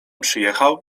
przyjechał